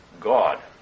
God